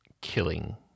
killing